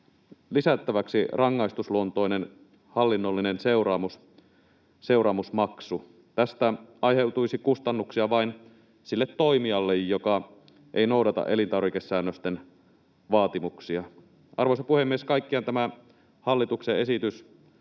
lisättäväksi rangaistusluontoinen hallinnollinen seuraamusmaksu. Tästä aiheutuisi kustannuksia vain sille toimijalle, joka ei noudata elintarvikesäännösten vaatimuksia. Arvoisa puhemies! Kaikkiaan tämä hallituksen esitys